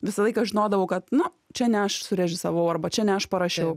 visą laiką žinodavau kad nu čia ne aš surežisavau arba čia ne aš parašiau